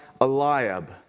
Eliab